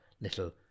little